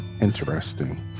interesting